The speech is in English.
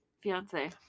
fiance